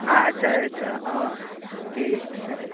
अच्छा अच्छा हँ ठीक छै